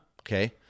okay